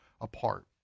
apart